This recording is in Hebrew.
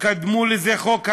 קדמו לזה חוק המישוש,